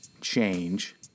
change